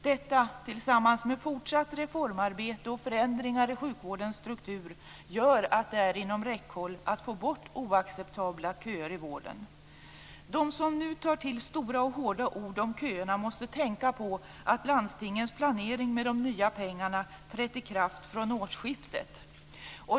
Detta tillsammans med fortsatt reformarbete och förändringar i sjukvårdens struktur gör att det är inom räckhåll att få bort oacceptabla köer i vården. De som nu tar till stora och hårda ord om köerna måste tänka på att landstingens planering med de nya pengarna trätt i kraft från årsskiftet.